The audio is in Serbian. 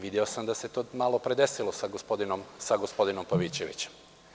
Video sam da se to malopre desilo sa gospodinom Pavićevićem.